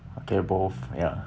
okay both ya